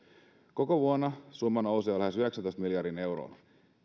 koko vuonna summa nousee jo lähes yhdeksääntoista miljardiin euroon